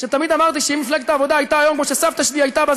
שתמיד אמרתי שאם מפלגת העבודה הייתה היום כמו כשסבתא שלי הייתה בה,